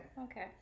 Okay